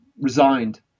resigned